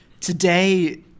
Today